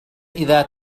إذا